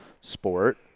Sport